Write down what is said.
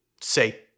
say